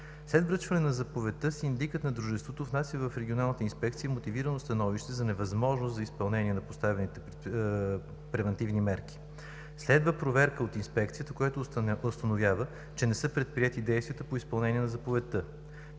След връчване на заповедта синдикът на дружеството внася в Регионалната инспекция мотивирано становище за невъзможност за изпълнение на поставените превантивни мерки. Следва проверка от Инспекцията, която установява, че не са предприети действията по изпълнение на заповедта.